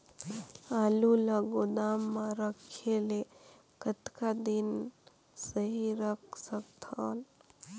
आलू ल गोदाम म रखे ले कतका दिन सही रख सकथन?